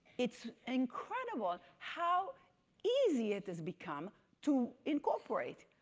it's incredible how easy it is become to incorporate.